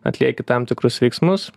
atlieki tam tikrus veiksmus